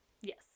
Yes